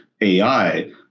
AI